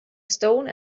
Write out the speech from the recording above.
stone